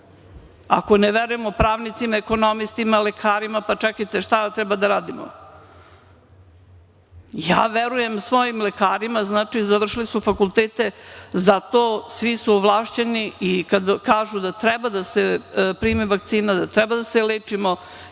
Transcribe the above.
Ako ne verujemo pravnicima, ekonomistima, lekarima, pa čekajte, šta treba da radimo? Ja verujem svojim lekarima završili su fakultete za to, svi su ovlašćeni i kad kažu da treba da se primi vakcina, treba da se lečimo,